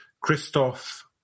Christoph